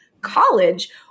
college